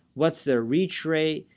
what's their reach rate?